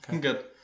good